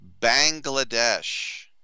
Bangladesh